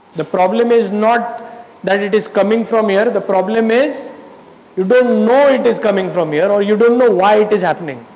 the problem is not that it is coming from here, the problem is you don't know it is coming from here or you don't know why it is happening.